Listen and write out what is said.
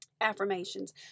affirmations